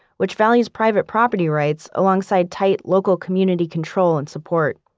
which values private property rights alongside tight local community control and support.